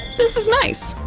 this is nice.